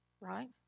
Right